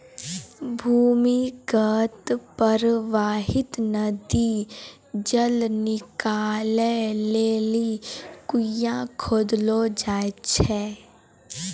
भूमीगत परबाहित नदी जल निकालै लेलि कुण्यां खोदलो जाय छै